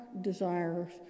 desires